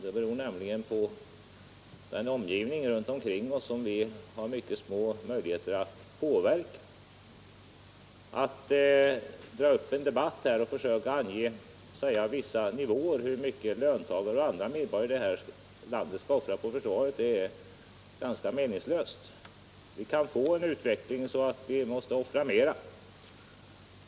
Det beror nämligen på vår omgivning, som vi har mycket små möjligheter att påverka. Att försöka ange hur mycket löntagare och andra medborgare här i landet skall offra på försvaret är ganska meningslöst. Utvecklingen kan bli sådan att vi måste offra mera.